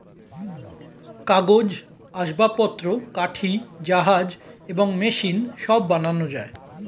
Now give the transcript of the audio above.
কাগজ, আসবাবপত্র, কাঠি, জাহাজ এবং মেশিন সব বানানো যায়